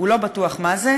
"הוא לא בטוח מה זה,